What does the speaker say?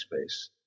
space